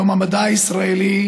יום המדע הישראלי,